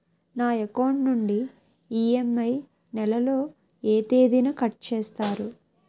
నా అకౌంట్ నుండి ఇ.ఎం.ఐ నెల లో ఏ తేదీన కట్ చేస్తారు?